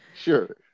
Sure